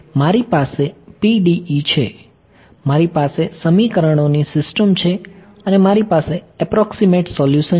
મારી પાસે PDEs છે મારી પાસે સમીકરણોની સિસ્ટમ છે અને મારી પાસે એપ્રોક્સીમેટ સોલ્યુશન છે